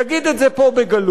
יגיד את זה פה בגלוי,